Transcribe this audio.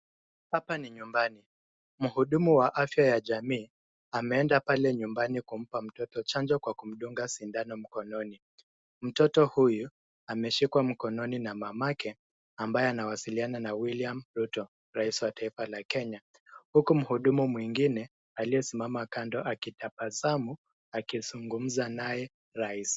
Hapa ni nyumbani, mhudumu wa afya ya jamii ameenda pale nyumbani kumpa mtoto chanjo kwa kumdunga sindano mkononi. Mtoto huyu ameshikwa mkononi na mamake, ambaye anawasiliana na William Ruto, rais wa taifa la Kenya, huku mhudumu mwengine aliyesimama kando akitabasamu akizungumza naye rais.